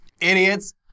idiots